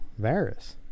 Varys